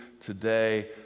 today